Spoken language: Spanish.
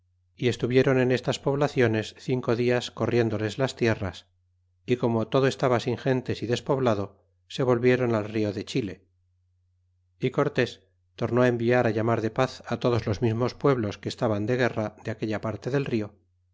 y estuvieron en estas poblaciones cinco dias corriéndoles las tierras y como todo estaba sin gentes y despoblados se volvieron al tío de chile y cortes tornó á enviará llamar de paz todos los mismos pueblos que estaban de guerra de aquella parte del rio